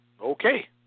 Okay